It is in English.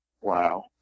Wow